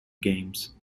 games